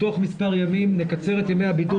תוך מספר ימים אנחנו נקצר את ימי הבידוד